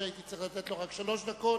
אף שהייתי צריך לתת לו רק שלוש דקות.